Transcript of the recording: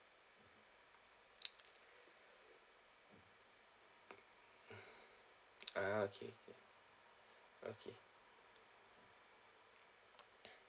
ah okay okay okay